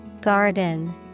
Garden